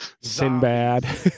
Sinbad